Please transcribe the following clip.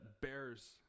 bears